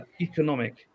economic